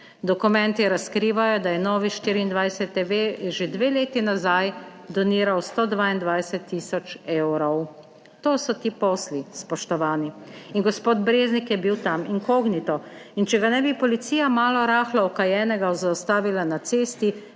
Dokumenti razkrivajo, da je Novi24TV že dve leti nazaj doniral 122 tisoč evrov. To so ti posli, spoštovani. In gospod Breznik je bil tam inkognito. In če ga ne bi policija malo rahlo okajenega zaustavila na cesti,